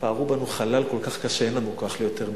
פערו בנו חלל כל כך קשה, אין לנו כוח ליותר מזה.